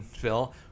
Phil